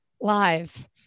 live